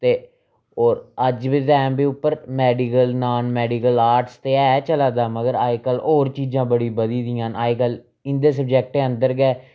ते होर अज्ज दे टैम दे उप्पर मेडिकल नान मेडिकल आर्टस ते ऐ चला दे मगर अज्जकल होर चीज़ां बड़ी बधी गेदियां न अज्जकल इं'दे सब्जैक्टें अंदर गै